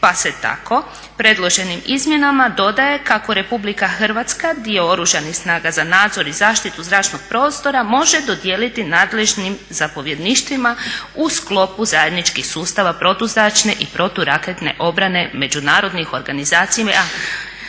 Pa se tako predloženim izmjenama dodaje kako RH dio Oružanih snaga za nadzor i zaštitu zračnog prostora može dodijeliti nadležnim zapovjedništvima u sklopu zajedničkih sustava protuzračne i proturaketne obrane međunarodnih organizacija